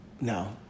No